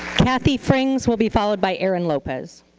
kathy frings will be followed by aaron lopez.